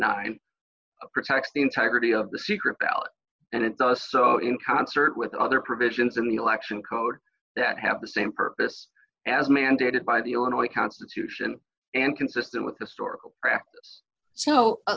nine protect the integrity of the secret ballot and it does so in concert with other provisions in the election code that have the same purpose as mandated by the illinois constitution and consistent with the store